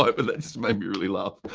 it made me really laugh.